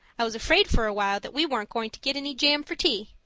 i was afraid for a while that we weren't going to get any jam for tea.